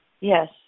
Yes